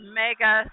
mega